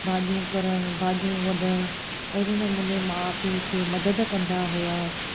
भाॼियूं करणु भाॼियूं वढणु अहिड़े नमूने माउ पीउ खे मदद कंदा हुआसि